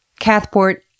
Cathport